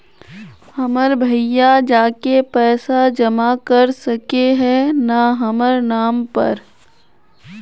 हमर भैया जाके पैसा जमा कर सके है न हमर नाम पर?